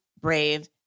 brave